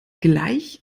gleich